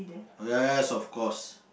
yes of course